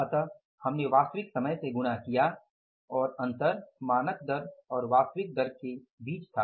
इसलिए हमने वास्तविक समय से गुणा किया और अंतर मानक दर और वास्तविक दर के बीच था